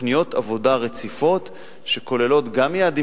תוכניות עבודה רציפות שכוללות גם יעדים